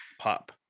pop